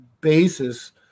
basis